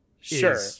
Sure